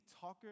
talker